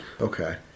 Okay